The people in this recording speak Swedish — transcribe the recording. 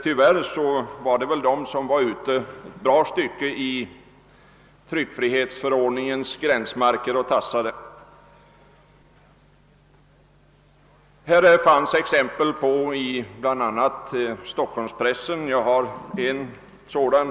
Tyvärr tassade en del av tidningarna ett bra stycke ute i tryckfrihetsförordningens gränsmarker. Det fanns många exempel i Stockholmspressen.